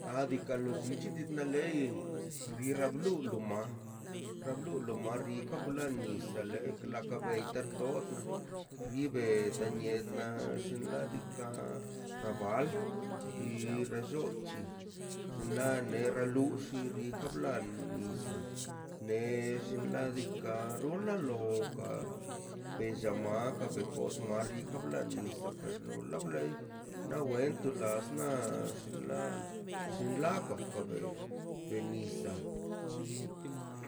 A diikaꞌ lo llichi dit na lei rira bluoon lo ma rieka la nisa lee ka beirta todna ribe tainetna xinladika rabal ri rechoti xinla rena lulli rikan blani nisaꞌ nex xinladika runla lopa rellamak oga kot madika blan nisa per pero lablei na wento lasna xinla xinla kak kabe benisaꞌ